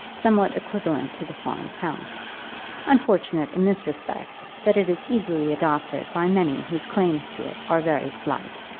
somewhat equivalent to the foreign count unfortunate in this respect, that it is easily adopted by many whose claims to it are very slight.